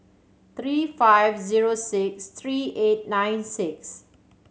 three five zero six three eight nine six